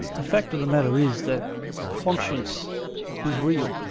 the fact of the matter is that conscience is real,